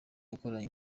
yakoranye